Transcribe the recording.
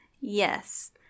Yes